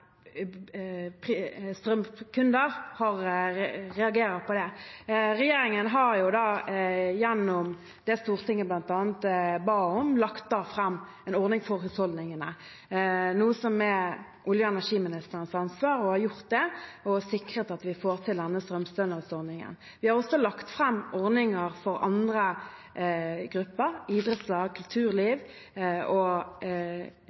strømkunder reagerer på det. Regjeringen har gjennom det Stortinget bl.a. ba om, nå lagt fram en ordning for husholdningene, som er olje- og energiministerens ansvar, og har sikret at vi får til denne strømstønadsordningen. Vi har også lagt fram ordninger for andre grupper, idrettslag, kulturliv, og